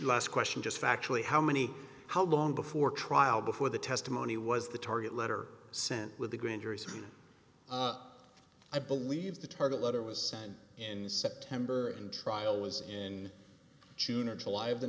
last question just factually how many how long before trial before the testimony was the target letter sent with a grand jury subpoena i believe the target letter was sent in september and trial was in june or july of